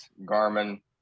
Garmin